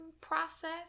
process